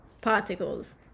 particles